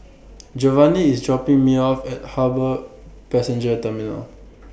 Jovani IS dropping Me off At Harbour Passenger Terminal